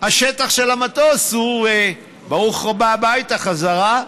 שהשטח של המטוס הוא "ברוך הבא הביתה חזרה".